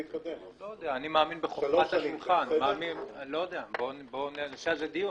אני מאמין בחכמת המבחן, בוא נעשה על זה דיון.